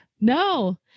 No